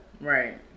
Right